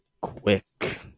quick